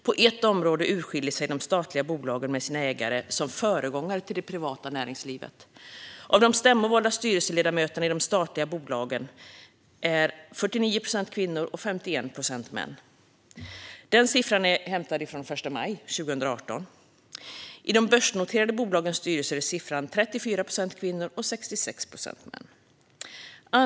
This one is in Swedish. På ett område urskiljer sig de statliga bolagen med sina ägare som föregångare till det privata näringslivet. Av de stämmovalda styrelseledamöterna i de statliga bolagen är 49 procent kvinnor och 51 procent män. Siffrorna är hämtade från den 1 maj 2018. I de börsnoterade bolagens styrelser är siffrorna 34 procent kvinnor och 66 procent män.